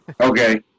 okay